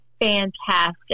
fantastic